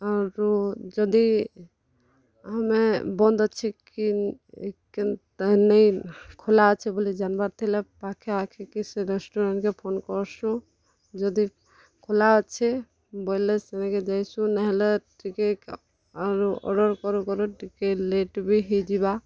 ଆରୁ ଯଦି ଆମେ ବନ୍ଦ୍ ଅଛେ କି କେନ୍ତା ନାଇଁ ଖୁଲା ଅଛେ ବୋଲି ଯାନ୍ବାର୍ ଥିଲେ ପାଖେ ଆଖେ କି ସେ ରେଷ୍ଟୁରାଣ୍ଟ୍ କେ ଫୋନ୍ କର୍ସୁଁ ଯଦି ଖୁଲା ଅଛେ ବୋଏଲେ ସେନ୍କେ ଯାଏସୁଁ ନାହେଲେ ଟିକେ ଆରୁ ଅର୍ଡର୍ କରୁ କରୁ ଟିକେ ଲେଟ୍ ବି ହେଇଯିବା